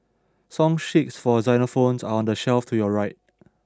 song sheets for xylophones are on the shelf to your right